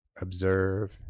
observe